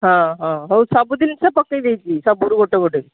ହଁ ହଁ ହଉ ସବୁଜିନିଷ ପକେଇଦେଇଛି ସବୁରୁ ଗୋଟେ ଗୋଟେ